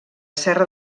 serra